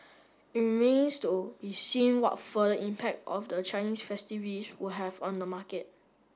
it remains to be seen what further impact of the Chinese will have on the market